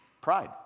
Pride